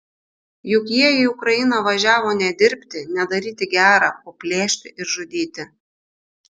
juk jie į ukrainą važiavo ne dirbti ne daryti gera o plėšti ir žudyti